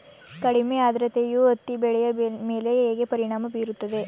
ಕಡಿಮೆ ಆದ್ರತೆಯು ಹತ್ತಿ ಬೆಳೆಯ ಮೇಲೆ ಹೇಗೆ ಪರಿಣಾಮ ಬೀರುತ್ತದೆ?